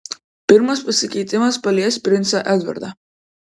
pirmas pasikeitimas palies princą edvardą